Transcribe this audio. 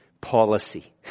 policy